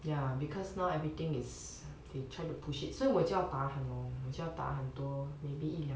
ya because now everything is they try to push it 所以我就要 tahan lor 要 tahan 多 maybe 一两年